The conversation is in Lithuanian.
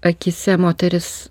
akyse moteris